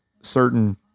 certain